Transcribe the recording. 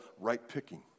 right-picking